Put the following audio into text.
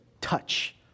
touch